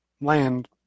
land